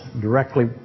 directly